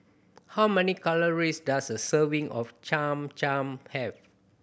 how many calories does a serving of Cham Cham have